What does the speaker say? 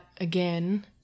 again –